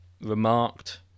remarked